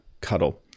cuddle